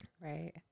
Right